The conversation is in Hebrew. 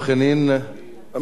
מוותר,